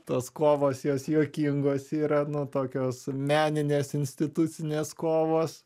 tos kovos jos juokingos yra nu tokios meninės institucinės kovos